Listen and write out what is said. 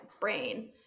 brain